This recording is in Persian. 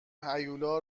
هیولا